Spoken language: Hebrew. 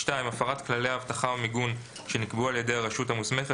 (2)הפרת כללי אבטחה ומיגון שנקבעו על ידי הרשות המוסמכת,